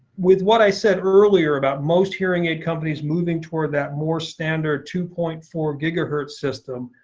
with what i said earlier about most hearing aid companies moving toward that more standard two point four gigahertz system